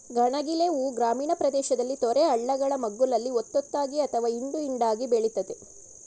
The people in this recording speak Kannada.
ಗಣಗಿಲೆ ಹೂ ಗ್ರಾಮೀಣ ಪ್ರದೇಶದಲ್ಲಿ ತೊರೆ ಹಳ್ಳಗಳ ಮಗ್ಗುಲಲ್ಲಿ ಒತ್ತೊತ್ತಾಗಿ ಅಥವಾ ಹಿಂಡು ಹಿಂಡಾಗಿ ಬೆಳಿತದೆ